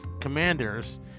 commanders